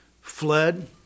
fled